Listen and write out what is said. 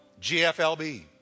GFLB